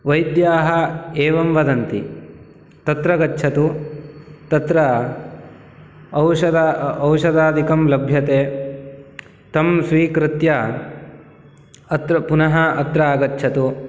वैद्याः एवं वदन्ति तत्र गच्छतु तत्र औषद औषधादिकं लभ्यते तं स्वीकृत्य अत्र पुनः अत्र आगच्छतु